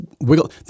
wiggle